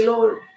Lord